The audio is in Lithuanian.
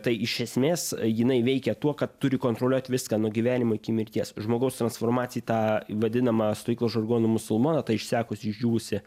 tai iš esmės jinai veikia tuo kad turi kontroliuot viską nuo gyvenimo iki mirties žmogaus transformacija į tą vadinamą stovyklos žargonu musulmoną tą išsekusį išdžiūvusį